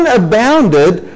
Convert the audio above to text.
abounded